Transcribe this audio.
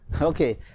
Okay